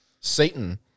Satan